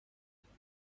گالری